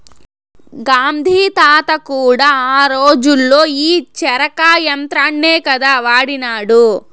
గాంధీ తాత కూడా ఆ రోజుల్లో ఈ చరకా యంత్రాన్నే కదా వాడినాడు